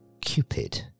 Cupid